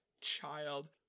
child